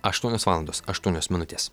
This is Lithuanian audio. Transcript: aštuonios valandos aštuonios minutės